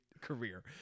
career